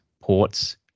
ports